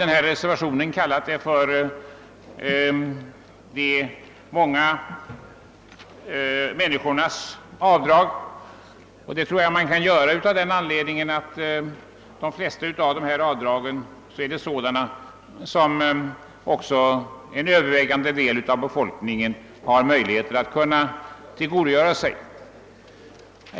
De har i reservationen kallats >de många människornas avdrag», och det tror jag är en bra benämning, eftersom en övervägande del av befolkningen har möjlighet att tillgodogöra sig de flesta av dem.